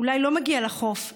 אולי לא מגיע לחוף,